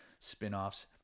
Spinoffs